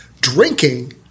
drinking